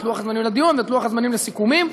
לוח-הזמנים לדיון ואת לוח-הזמנים לסיכומים.